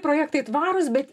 projektai tvarūs bet